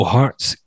Hearts